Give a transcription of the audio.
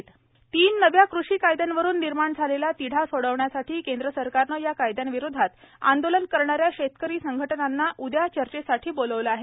कृषि कायदे आंदोलन तीन नव्या कृषी कायद्यांवरून निर्माण झालेला तिढा सोडवण्यासाठी केंद्र सरकारनं या कायदयांविरोधात आंदोलन करणाऱ्या शेतकरी संघटनांना उदया चर्चेसाठी बोलावलं आहे